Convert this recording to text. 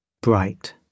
Bright